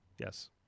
yes